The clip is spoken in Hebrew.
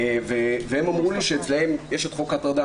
והם אומרים שאצלם יש את חוק ההטרדה